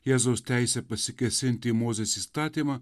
jėzaus teisę pasikėsinti į mozės įstatymą